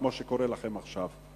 כמו שקורה לכם עכשיו.